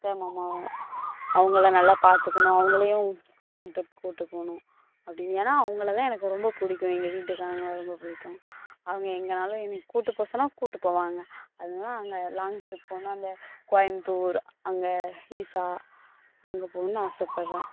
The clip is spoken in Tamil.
அத்தை மாமாவை அவங்கள நல்லா பார்த்துக்கணும் அவங்களையும் லாங் ட்ரிப் கூப்பிட்டு போகணும் அப்படின்னு ஏன்னா அவங்களை தான் எனக்கு ரொம்ப பிடிக்கும் எங்கள் வீட்டுக்காரங்களை ரொம்ப பிடிக்கும் அவங்க எங்கேனாலும் என்னையை கூப்பிட்டு போக சொன்னால் கூப்பிட்டு போவாங்க அதனால அங்கே லாங் ட்ரிப் போனால் அந்த கோயம்பத்தூர் அங்கே ஈஷா அங்கே போகணும்னு ஆசைப்பட்றேன்